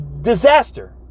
disaster